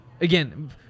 again